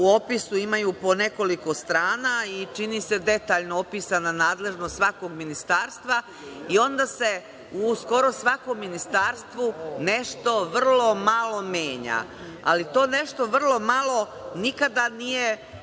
u opisu imaju po nekoliko strana i, čini se, detaljno opisana nadležnost svakog ministarstva i onda se u skoro svakom ministarstvu nešto vrlo malo menja. Ali, to nešto vrlo malo nikada nije